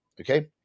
okay